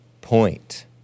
Point